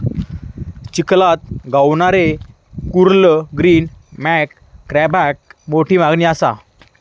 चिखलात गावणारे कुर्ले ग्रीन मड क्रॅबाक मोठी मागणी असा